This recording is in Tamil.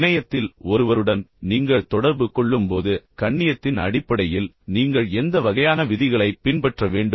இணையத்தில் ஒருவருடன் நீங்கள் தொடர்பு கொள்ளும்போது கண்ணியத்தின் அடிப்படையில் நீங்கள் எந்த வகையான விதிகளைப் பின்பற்ற வேண்டும்